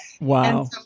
wow